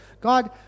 God